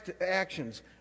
actions